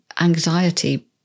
anxiety